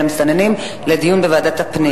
ואתה מגיע למסקנה כן לפתוח מוסד מוכר שאינו רשמי.